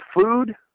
food